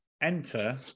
enter